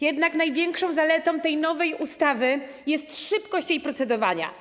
Jednak największą zaletą tej nowej ustawy jest szybkość jej procedowania.